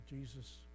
Jesus